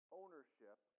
ownership